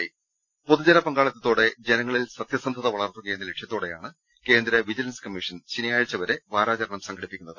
പൊതുജന പങ്കാളിത്തോടെ ജനങ്ങളിൽ സത്യസന്ധത വളർത്തുക എന്ന ലക്ഷ്യത്തോടെയാണ് കേന്ദ്ര വിജിലൻസ് കമ്മീഷൻ ശനിയാഴ്ച വരെ വാരാചരണം സംഘടിപ്പിക്കുന്നത്